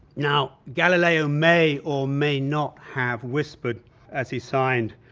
now, galileo may or may not have whispered as he signed,